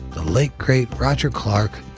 the late great roger clark,